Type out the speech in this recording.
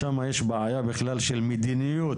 שם יש בעיה בכלל של מדיניות,